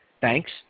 Thanks